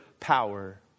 power